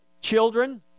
children